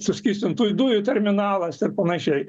suskystintųjų dujų terminalas ir panašiai